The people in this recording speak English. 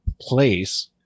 place